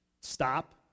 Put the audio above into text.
Stop